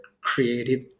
creative